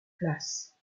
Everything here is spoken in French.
places